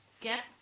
get